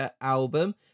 album